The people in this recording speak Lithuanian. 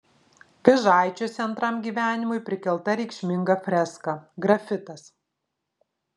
vėžaičiuose antram gyvenimui prikelta reikšminga freska grafitas